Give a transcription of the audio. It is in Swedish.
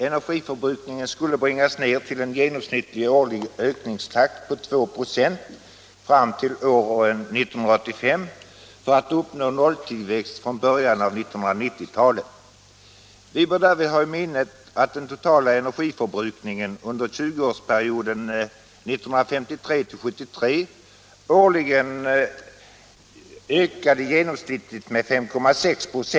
Energiförbrukningen skulle bringas ned till en genomsnittlig årlig ökningstakt på 2 96 fram till år 1985 och man skulle uppnå nolltillväxt från början av 1990-talet. Vi bör därvid ha i minnet att den totala energiförbrukningen under tjugoårsperioden 1953-1973 årligen ökade genomsnittligt med 5,6 96.